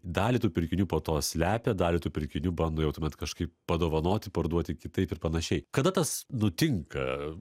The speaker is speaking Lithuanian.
dalį tų pirkinių po to slepia dalį tų pirkinių bando jau tuomet kažkaip padovanoti parduoti kitaip ir panašiai kada tas nutinka